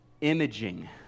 imaging